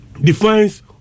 defines